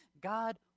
God